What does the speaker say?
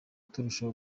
turushaho